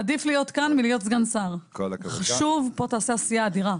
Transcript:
לגמלאות אלא הלכנו בתפיסה כוללת.